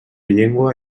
llengua